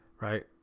right